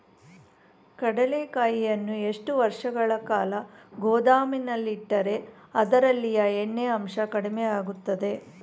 ಕಡ್ಲೆಕಾಯಿಯನ್ನು ಎಷ್ಟು ವರ್ಷಗಳ ಕಾಲ ಗೋದಾಮಿನಲ್ಲಿಟ್ಟರೆ ಅದರಲ್ಲಿಯ ಎಣ್ಣೆ ಅಂಶ ಕಡಿಮೆ ಆಗುತ್ತದೆ?